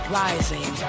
rising